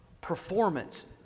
Performance